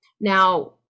now